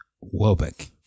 Welbeck